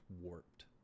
warped